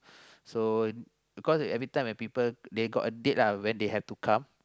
so cause every time when people they got a date lah when they have to come